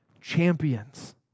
champions